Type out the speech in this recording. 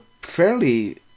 fairly